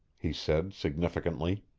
he said significantly.